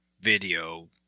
video